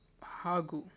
ಹಾಗು